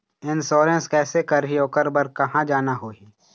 Insurance कैसे करही, ओकर बर कहा जाना होही?